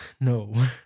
No